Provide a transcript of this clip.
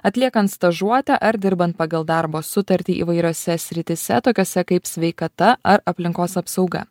atliekant stažuotę ar dirbant pagal darbo sutartį įvairiose srityse tokiose kaip sveikata ar aplinkos apsauga